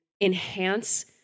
enhance